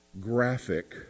graphic